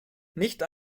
nicht